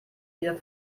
wieder